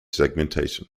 segmentation